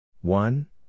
One